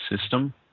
system